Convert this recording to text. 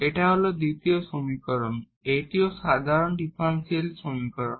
এটা হল দ্বিতীয় সমীকরণ এটিও সাধারণ ডিফারেনশিয়াল সমীকরণ